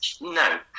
no